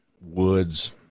woods